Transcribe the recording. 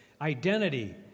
identity